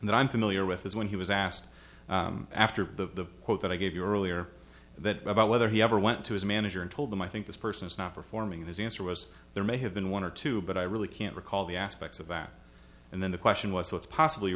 that i'm familiar with is when he was asked after the quote that i gave you earlier that about whether he ever went to his manager and told them i think this person is not performing the answer was there may have been one or two but i really can't recall the aspects of that and then the question was so it's possibly